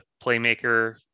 playmaker